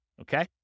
Okay